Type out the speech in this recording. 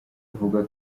ivuga